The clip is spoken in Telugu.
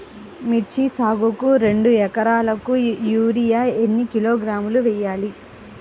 మిర్చి సాగుకు రెండు ఏకరాలకు యూరియా ఏన్ని కిలోగ్రాములు వేయాలి?